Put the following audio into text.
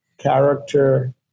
character